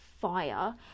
fire